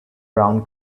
brown